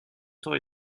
temps